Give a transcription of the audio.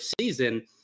season